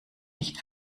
nicht